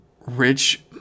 Rich